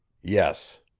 yes.